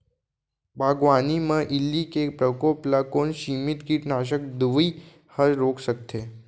बागवानी म इल्ली के प्रकोप ल कोन सीमित कीटनाशक दवई ह रोक सकथे?